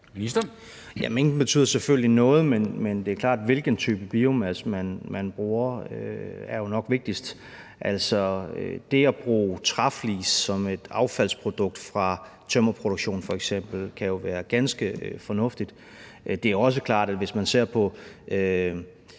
Mængden betyder selvfølgelig noget, men det er klart, at hvilken type biomasse, man bruger, jo nok er vigtigst. Altså, f.eks. kan det at bruge træflis som et affaldsprodukt fra tømmerproduktion jo være ganske fornuftigt. Det er også klart, at hvis man ser på